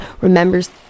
remembers